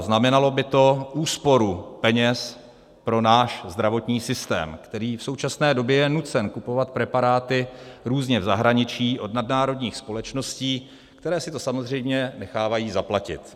Znamenalo by to úsporu peněz pro náš zdravotní systém, který je v současné době nucen kupovat preparáty různě v zahraničí od nadnárodních společností, které si to samozřejmě nechávají zaplatit.